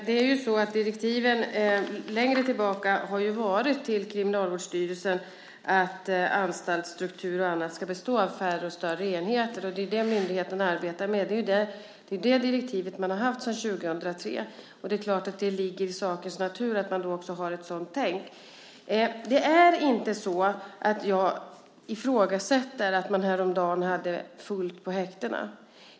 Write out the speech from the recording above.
Herr talman! Direktiven till Kriminalvårdsstyrelsen har sedan länge varit att anstaltsstrukturen ska bestå av färre och större enheter. Det är det myndigheten arbetar med. Det direktivet har man haft sedan 2003. Det är klart att det ligger i sakens natur att man då också har ett sådant tänk. Jag ifrågasätter inte att man häromdagen hade fullt på häktena.